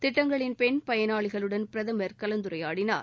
திட்டங்களின் பெண் பயனாளிகளுடன் பிரதமர் கலந்துரையாடினார்